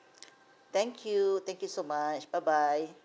thank you thank you so much bye bye